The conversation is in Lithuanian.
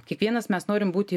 kiekvienas mes norim būti